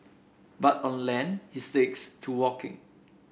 but on land he sticks to walking